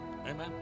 Amen